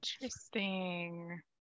interesting